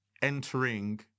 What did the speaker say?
entering